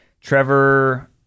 Trevor